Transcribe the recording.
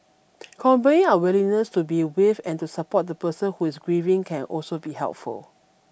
conveying our willingness to be with and to support the person who is grieving can also be helpful